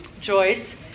Joyce